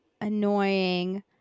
annoying